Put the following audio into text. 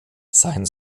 sein